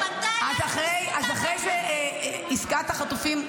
היא פנתה אליי --- אז אחרי עסקת החטופים,